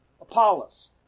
Apollos